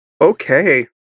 Okay